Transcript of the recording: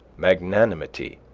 magnanimity,